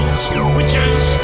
Witches